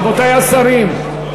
רבותי השרים,